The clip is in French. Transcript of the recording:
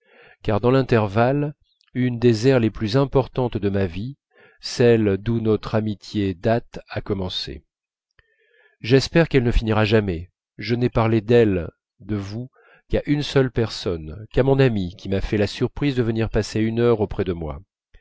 car dans l'intervalle une des ères les plus importantes de ma vie celle d'où notre amitié date a commencé j'espère qu'elle ne finira jamais je n'ai parlé d'elle de vous qu'à une seule personne qu'à mon amie qui m'a fait la surprise de venir passer une heure auprès de moi